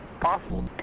possible